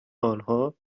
آنها